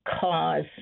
cause